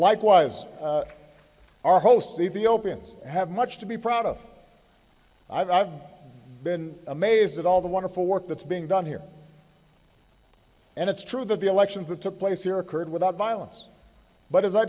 likewise our host ethiopians have much to be proud of i've been amazed at all the wonderful work that's being done here and it's true that the elections that took place here occurred without violence but as i